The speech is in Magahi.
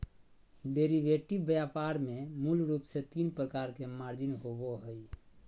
डेरीवेटिव व्यापार में मूल रूप से तीन प्रकार के मार्जिन होबो हइ